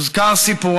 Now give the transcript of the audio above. סיפורה הוזכר,